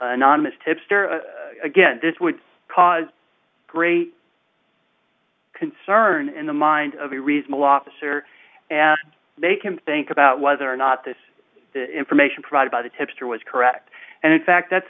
anonymous tipster again this would cause great concern in the mind of a reasonable officer and they can think about whether or not this information provided by the tipster was correct and in fact that's